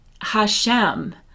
hashem